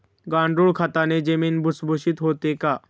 गांडूळ खताने जमीन भुसभुशीत होते का?